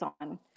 on